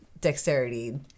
dexterity